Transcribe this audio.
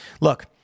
Look